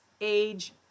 age